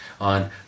on